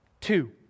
Two